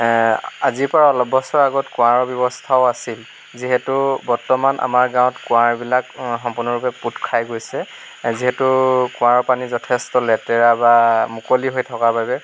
আজিৰ পৰা অলপ বছৰ আগত কুৱাৰ ব্যৱস্থাও আছিল যিহেতু বৰ্তমান আমাৰ গাওঁত কুৱাবিলাক সম্পূৰ্ণ পোত খাই গৈছে যিহেতু কুৱাৰ পানী যথেষ্ট লেতেৰা বা মুকলি হৈ থকাৰ বাবে